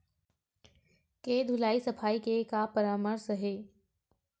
के धुलाई सफाई के का परामर्श हे?